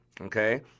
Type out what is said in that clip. Okay